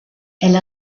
elle